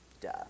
duh